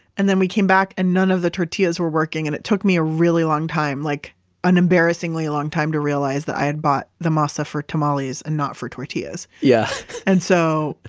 then we came back and none of the tortillas were working, and it took me a really long time like an embarrassingly long time, to realize that i had bought the masa for tamales, and not for tortillas. yeah and so,